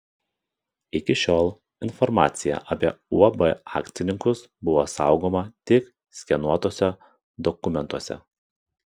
iki šiol informacija apie uab akcininkus buvo saugoma tik skenuotuose dokumentuose